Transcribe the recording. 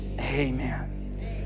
Amen